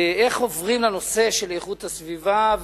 איך עוברים לנושא של איכות הסביבה,